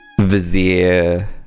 vizier